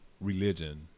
religion